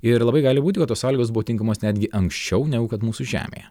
ir labai gali būti kad tos sąlygos buvo tinkamos netgi anksčiau negu kad mūsų žemėje